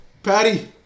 Patty